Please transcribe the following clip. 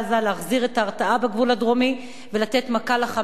להחזיר את ההרתעה בגבול הדרומי ולתת מכה ל"חמאס",